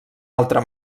altre